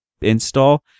install